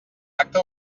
acte